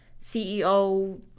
ceo